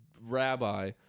rabbi